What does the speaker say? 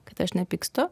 kad aš nepykstu